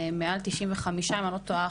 מעל 95 אחוזים אם אני לא טועה,